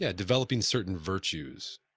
yeah developing certain virtues,